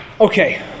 Okay